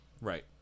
right